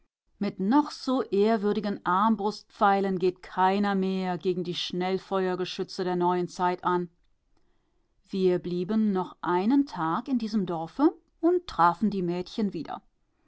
mit noch so ehrwürdigen armbrustpfeilen geht keiner mehr an gegen die schnellfeuergeschütze der neuen zeit wir blieben noch einen tag in diesem dorfe und trafen die mädchen wieder